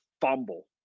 fumble